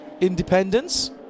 independence